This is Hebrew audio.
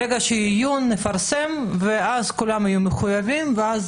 ברגע שהן יהיו נפרסם ואז כולם יהיו מחויבים ואז